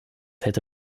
hätte